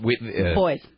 boys